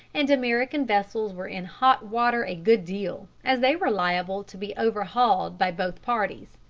and american vessels were in hot water a good deal, as they were liable to be overhauled by both parties.